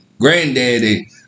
granddaddy